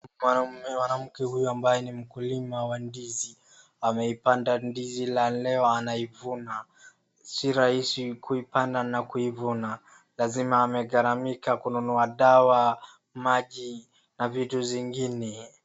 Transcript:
Mwanamme mwanamke huyu ambaye ni mkulima wa ndizi ,ameipanda ndizi ila leo anaivuna. Si rahisi kuipanda na kuivuna , lazima amegharamakia kununua dawa ,maji na vitu zingine.